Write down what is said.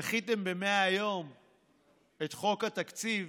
דחיתם ב-100 יום את חוק התקציב